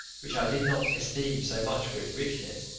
which i did not esteem so much for its richness,